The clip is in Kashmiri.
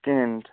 کینٹ